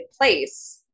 place